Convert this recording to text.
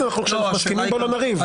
בוא לא נריב.